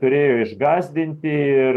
turėjo išgąsdinti ir